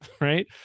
right